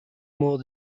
more